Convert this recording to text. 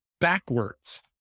backwards